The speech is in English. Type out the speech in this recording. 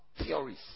theories